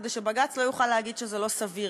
כדי שבג"ץ לא יוכל להגיד שזה לא סביר.